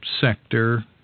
sector